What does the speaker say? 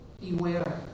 Beware